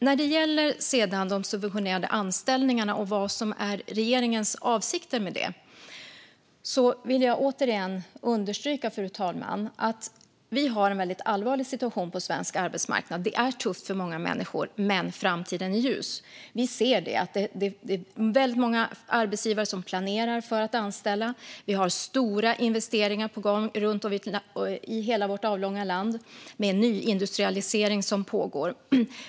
När det gäller de subventionerade anställningarna och vad som är regeringens avsikter med det vill jag återigen understryka, fru talman, att vi har en väldigt allvarlig situation på svensk arbetsmarknad. Det är tufft för många människor, men framtiden är ljus. Vi ser att det är väldigt många arbetsgivare som planerar för att anställa. Vi har stora investeringar på gång i hela vårt avlånga land med en nyindustrialisering som pågår.